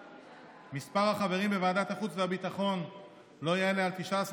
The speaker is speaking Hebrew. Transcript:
מספר החברים בוועדת החוץ והביטחון לא יעלה על 19,